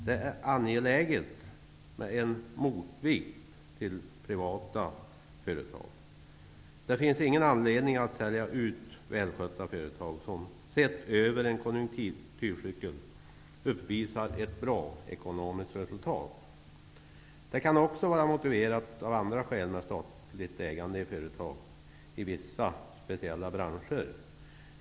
Det är angeläget med en motvikt till privata företag. Det finns ingen anledning att sälja ut välskötta företag som, sett över en konjunkturcykel, uppvisar ett bra ekonomiskt resultat. Det kan också vara motiverat av andra skäl med ett statligt ägande av företag i vissa speciella branscher.